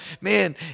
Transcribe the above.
Man